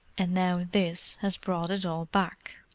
and now this has brought it all back.